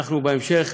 אנחנו בהמשך,